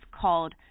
called